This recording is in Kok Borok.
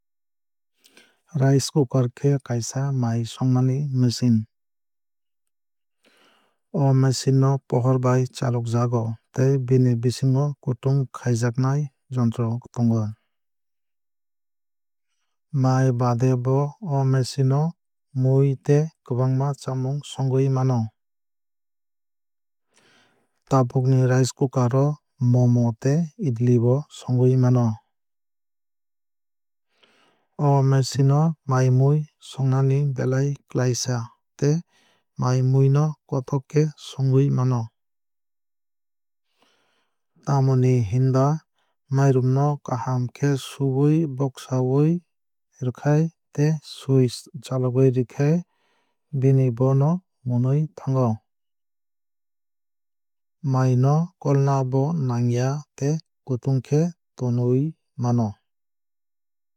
Rice cooker khe kaisa mai songmani machine. O machine o pohor bai chalokjago tei bini bisingo kutung khaijaknai jontro tongo. Mai baade bo o machine no mui tei kwbangma chamung songwui mano. Tabukni rice cooke o momo tei idli bo songwui mano. O machine no mai mui songnani belai klaisa tei mai mui no kothok khe songwui mano. Tamoni hinba mairum no kaham khe suwui boksawui rwkhai tei switch chalogwui rwkhai bini bo no mwnwui thango. Mai no kolna bo nangya tei kutung khe tonwui mano.